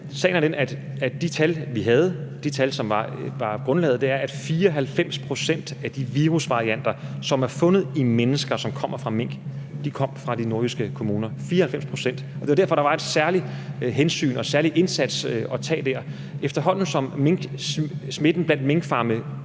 vi havde, altså de tal, som var grundlaget, at 94 pct. af de virusvarianter, som er fundet i mennesker, og som kommer fra mink, kom fra de nordjyske kommuner – 94 pct. Og det var derfor, der var et særligt hensyn at tage og en særlig indsats at gøre der. Efterhånden som smitten blandt minkfarme